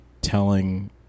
telling